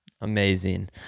Amazing